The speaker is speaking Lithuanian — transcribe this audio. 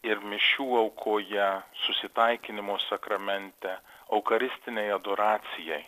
ir mišių aukoje susitaikinimo sakramente aukaristinei adoracijai